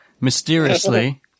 mysteriously